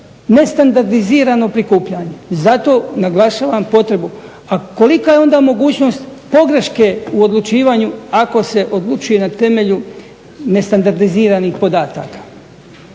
nestandardizirano prikupljanje i zato naglašavam potrebu, a kolika je onda mogućnost pogreške u odlučivanju ako se odlučuje na temelju nestandardiziranih podataka.